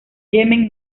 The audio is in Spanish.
yemen